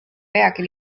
peagi